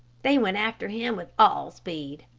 they went after him with all speed.